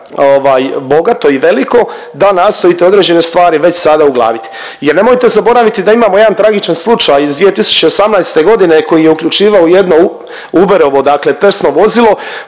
bogato i veliko, da nastojite određene stvari već sada uglavit. Jer nemojte zaboraviti da imamo jedan tragičan slučaj iz 2018. g. koji je uključivao jedno Uberovo dakle testno vozilo